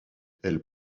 elle